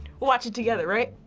we'll watch it together, right?